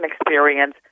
experience